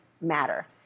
matter